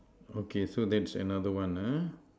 okay so that's another one ah